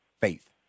faith